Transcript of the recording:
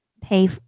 pay